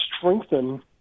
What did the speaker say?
strengthen –